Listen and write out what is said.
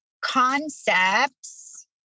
concepts